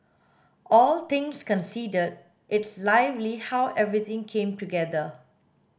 all things considered it's lovely how everything came together